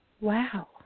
Wow